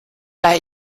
bei